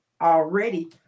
already